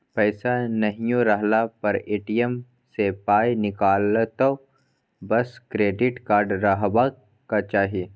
पैसा नहियो रहला पर ए.टी.एम सँ पाय निकलतौ बस क्रेडिट कार्ड रहबाक चाही